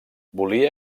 volia